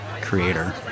creator